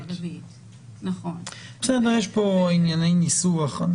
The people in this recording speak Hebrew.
יש כאן ענייני ניסוח.